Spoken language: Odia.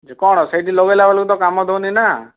ଯେ କ'ଣ ସେଇଠି ଲଗାଇଲା ବେଳକୁ ତ କାମ ଦଉନି ନା